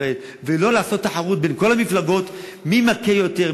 ישראל ולא לעשות תחרות בין כל המפלגות מי מכה יותר,